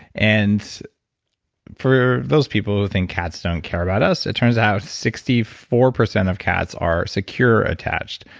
and for those people who think cats don't care about us, it turns out sixty four percent of cats are secure attached,